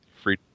free